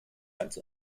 als